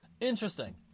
Interesting